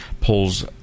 pulls